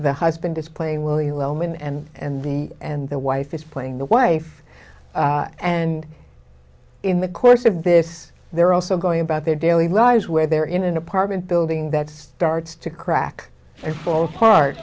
the husband is playing william wellman and and the and the wife is playing the wife and in the course of this they're also going about their daily lives where they're in an apartment building that starts to crack and fall